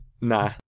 nah